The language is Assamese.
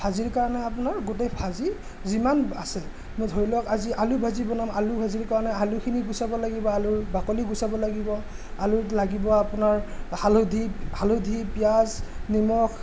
ভাজিৰ কাৰণে আপোনাৰ গোটেই ভাজি যিমান আছে মই ধৰি লওক আজি আলু ভাজি বনাম আলু ভাজিৰ কাৰণে আলুখিনি গুচাব লাগিব আলুৰ বাকলি গুচাব লাগিব আলুত লাগিব আপোনাৰ হালধি হালধি পিয়াজ নিমখ